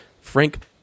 Frank